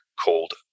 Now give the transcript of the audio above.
called